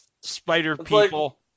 Spider-People